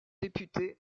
députés